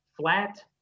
flat